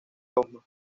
osma